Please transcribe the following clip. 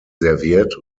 serviert